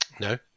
No